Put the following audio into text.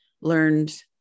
learned